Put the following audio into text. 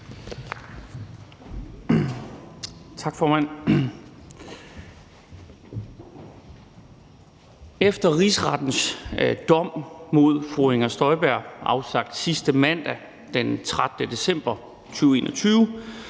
Tak, formand. Efter Rigsrettens dom mod fru Inger Støjberg afsagt sidste mandag, den 13. december 2021,